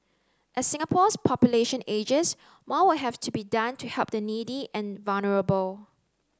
as Singapore's population ages more will have to be done to help the needy and vulnerable